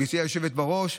גברתי היושבת בראש,